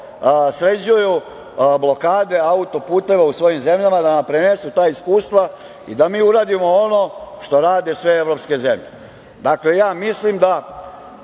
sređuju blokade autoputeva u svojim zemljama, da nam prenesu ta iskustva i da mi uradimo ono što rade sve evropske zemlje. Dakle, mislim da